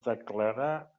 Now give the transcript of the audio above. declarà